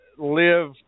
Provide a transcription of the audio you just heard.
Live